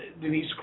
Denise